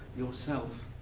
yourself,